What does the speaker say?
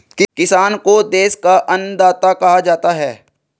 किसान को देश का अन्नदाता कहा जाता है